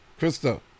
Krista